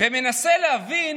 ומנסה להבין